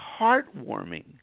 heartwarming